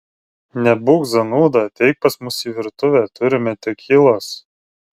nebūk zanūda ateik pas mus į virtuvę turime tekilos